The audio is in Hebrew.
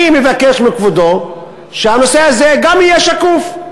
אני מבקש מכבודו שגם הנושא הזה יהיה שקוף.